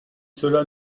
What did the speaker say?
cela